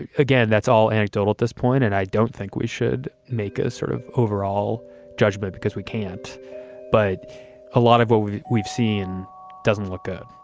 again, that's all anecdotal at this point. and i don't think we should make a sort of overall judgment because we can't but a lot of what we've we've seen doesn't look good